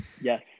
Yes